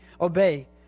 obey